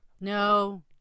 No